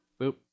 Boop